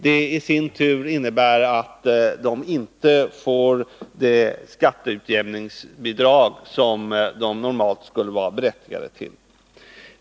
Det i sin tur innebär att de inte får det skatteutjämningsbidrag som de normalt skulle vara berättigade till.